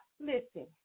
Listen